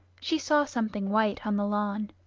she saw something white on the lawn.